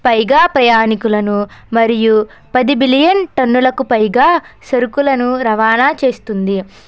పైగా ప్రయాణికులను మరియు పది బిలియన్ టన్నులకు పైగా సరుకులను రవాణా చేస్తుంది